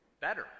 better